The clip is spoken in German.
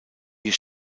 ihr